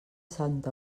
santa